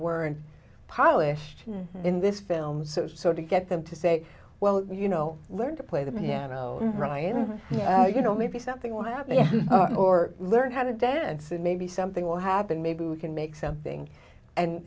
weren't polished in this film so so to get them to say well you know learn to play the piano ryan yeah you know maybe something will happen or learn how to dance and maybe something will happen maybe we can make something